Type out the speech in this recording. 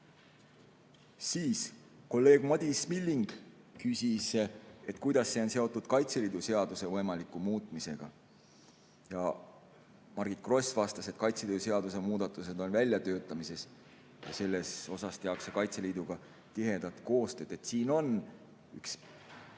ajal. Kolleeg Madis Milling küsis, kuidas see on seotud Kaitseliidu seaduse võimaliku muutmisega. Margit Gross vastas, et Kaitseliidu seaduse muudatused on väljatöötamisel ja selles osas tehakse Kaitseliiduga tihedat koostööd. Siin on üks